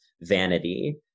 vanity